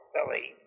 Billy